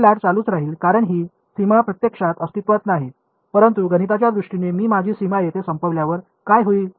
ही लाट चालूच राहिल कारण ही सीमा प्रत्यक्षात अस्तित्त्वात नाही परंतु गणिताच्या दृष्टीने मी माझी सीमा येथे संपवल्यावर काय होईल